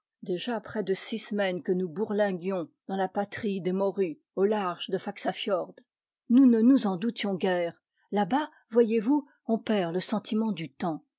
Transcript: déjà près de six semaines que nous bourlinguions dans la patrie des morues au large de faxa fiord nous ne nous en doutions guère là-bas voyez-vous on perd le sentiment du temps